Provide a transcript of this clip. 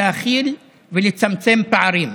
להכיל ולצמצם פערים.